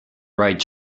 write